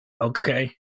Okay